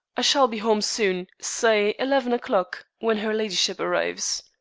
i shall be home soon say eleven o'clock when her ladyship arrives.